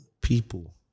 people